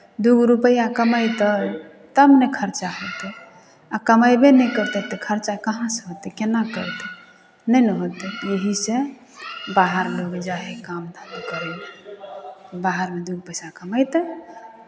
दू गो रुपैआ कमेतै तब ने खर्चा होतै आ कमयबे नहि करतै तऽ खर्चा कहाँसँ होतै केना करतै नहि ने होतै एहीसँ बाहर लोक जाइ हइ काम धन्धा करय लेल बाहरमे दू पैसा कमेतै